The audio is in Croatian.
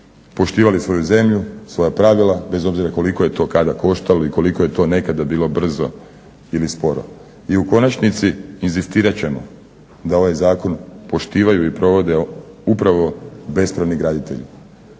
poštivali svoju zemlju, svoja pravila bez obzira koliko je to kada koštalo i koliko je to nekada bilo brzo ili sporo. I u konačnici inzistirat ćemo da ovaj zakon poštivaju i provode upravo bespravni graditelji,